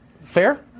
fair